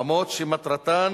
במות שמטרתן